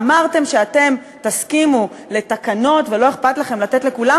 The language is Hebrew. אמרתם שאתם תסכימו לתקנות ולא אכפת לכם לתת לכולם,